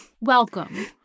Welcome